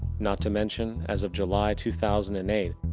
not to mention as of july two thousand and eight,